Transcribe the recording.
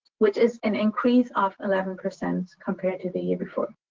which is an increase of eleven percent compared to the year before.